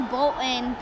Bolton